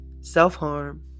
self-harm